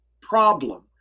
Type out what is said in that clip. problem